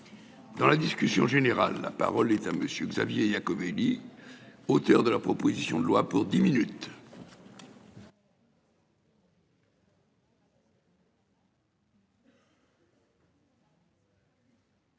Dans la discussion générale. La parole est à monsieur Xavier Iacovelli, auteur de la proposition de loi pour 10 minutes.